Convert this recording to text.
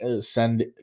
send